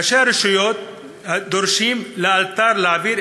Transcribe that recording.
ראשי הרשויות דורשים להעביר לאלתר את